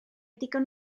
digon